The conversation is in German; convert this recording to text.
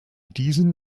diesen